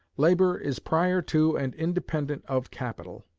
labor is prior to and independent of capital.